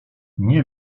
nie